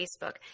Facebook